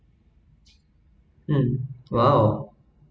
um !wow!